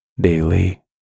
daily